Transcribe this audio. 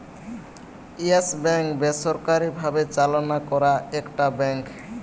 yes bank বেসরকারি ভাবে চালনা করা একটা ব্যাঙ্ক